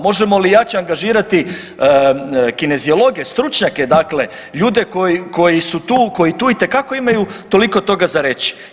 Možemo li jače angažirati kineziologe stručnjake dakle ljude koji su tu koji tu itekako imaju toliko toga za reći?